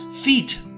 feet